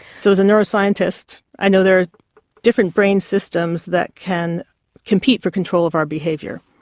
so as a neuroscientist, i know there are different brain systems that can compete for control of our behaviour.